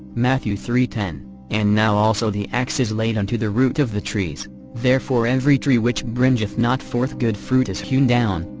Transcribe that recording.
matthew three ten and now also the axe is laid unto the root of the trees therefore every tree which bringeth not forth good fruit is hewn down,